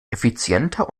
effizienter